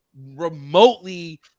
remotely